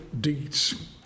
deeds